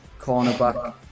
cornerback